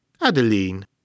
Adeline